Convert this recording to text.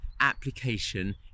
application